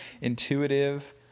intuitive